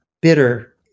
bitter